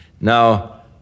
Now